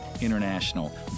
International